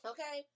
Okay